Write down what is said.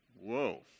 whoa